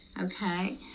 Okay